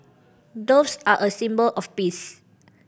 doves are a symbol of peace